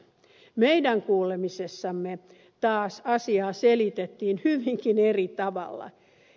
meidän kuulemisessamme taas asiaa selitettiin hyvinkin eri tavalla